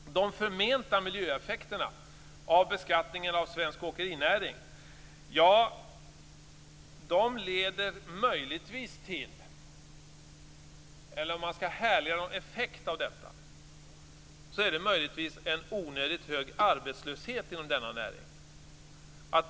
Om man skall härleda några effekter av beskattningen av svensk åkerinäring är det möjligtvis en onödigt hög arbetslöshet inom denna näring.